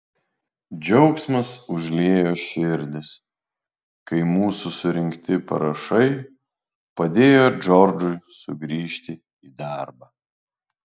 džiaugsmas užliejo širdis kai mūsų surinkti parašai padėjo džordžui sugrįžti į darbą